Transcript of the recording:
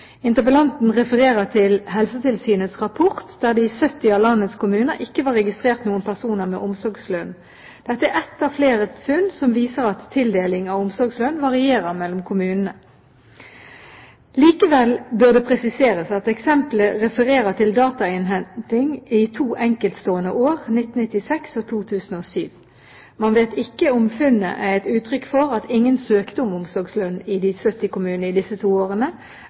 Interpellanten refererer til Helsetilsynets rapport, der det i 70 av landets kommuner ikke var registrert noen personer med omsorgslønn. Dette er ett av flere funn som viser at tildeling av omsorgslønn varierer kommunene imellom. Likevel bør det presiseres at eksemplet refererer til datainnhenting i to enkeltstående år, 1996 og 2007. Man vet ikke om funnet er et uttrykk for at ingen søkte om omsorgslønn i de 70 kommunene i disse to årene,